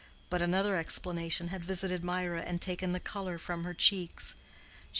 but another explanation had visited mirah and taken the color from her cheeks.